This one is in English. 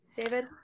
David